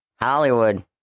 hollywood